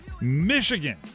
Michigan